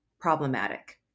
problematic